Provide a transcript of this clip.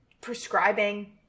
prescribing